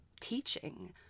teaching